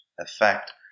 effect